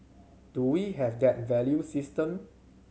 do we have that value system